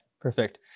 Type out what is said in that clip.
perfect